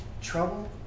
trouble